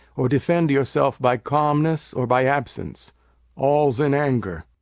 or defend yourself by calmness or by absence all's in anger.